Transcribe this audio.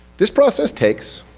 this process takes